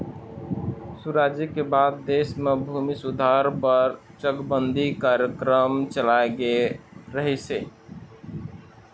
सुराजी के बाद देश म भूमि सुधार बर चकबंदी कार्यकरम चलाए गे रहिस हे